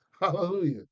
Hallelujah